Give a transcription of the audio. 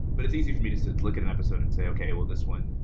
but it's easy for me to to look at an episode and say, okay. this one,